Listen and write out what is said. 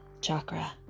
chakra